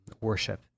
worship